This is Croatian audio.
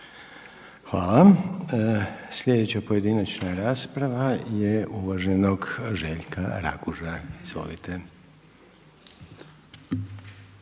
lijepa. Sljedeća pojedinačna rasprava je uvaženog Željka Raguža. Izvolite.